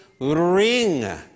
ring